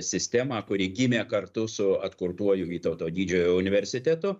sistemą kuri gimė kartu su atkurtuoju vytauto didžiojo universitetu